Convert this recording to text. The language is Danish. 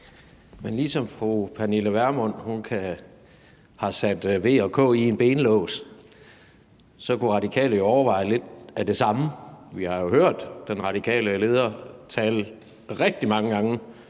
Men ligesom fru Pernille Vermund har sat V og K i en benlås, kunne Radikale Venstre jo overveje lidt at gøre det samme. Vi har jo hørt den radikale leder tale rigtig mange gange